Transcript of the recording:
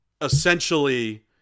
essentially